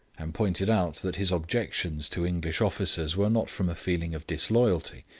and pointed out that his objections to english officers were not from a feeling of disloyalty,